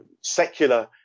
secular